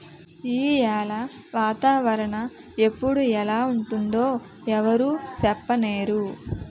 ఈయాల వాతావరణ ఎప్పుడు ఎలా ఉంటుందో ఎవరూ సెప్పనేరు